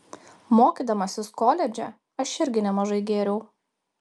mokydamasis koledže aš irgi nemažai gėriau